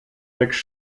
wächst